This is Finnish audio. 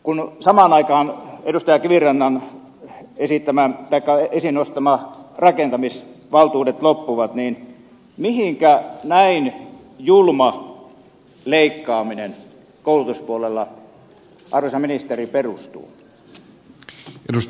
kun samaan aikaan edustaja kivirannan esiin nostamat rakentamisvaltuudet loppuvat niin mihinkä näin julma leikkaaminen koulutuspuolella arvoisa ministeri perustuu